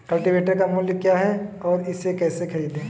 Cultivator का मूल्य क्या है और इसे कैसे खरीदें?